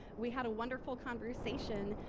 we had a wonderful conversation,